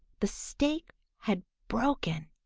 the stake had broken!